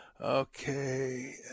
Okay